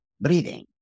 breathing